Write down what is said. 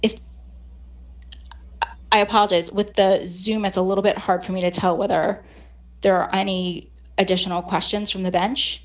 if i apologize with the zoom it's a little bit hard for me to tell whether there are any additional questions from the bench